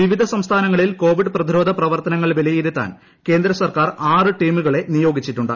വിവിധ സംസ്ഥാനങ്ങളിൽ കോവിഡ് പ്രതിരോധ പ്രവർത്തനങ്ങൾ വിലയിരുത്താൻ കേന്ദ്ര സർക്കാർ ആറ് ടീമുകളെ നിയോഗിച്ചിട്ടുണ്ട്